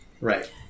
Right